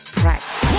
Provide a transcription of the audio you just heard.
practice